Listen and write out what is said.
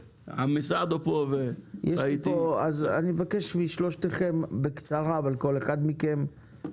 אני מבקש משלושתכם לדבר בקצרה,